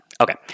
Okay